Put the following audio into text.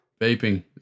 Vaping